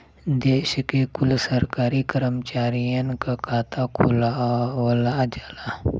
देश के कुल सरकारी करमचारियन क खाता खुलवावल जाला